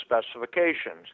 specifications